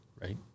right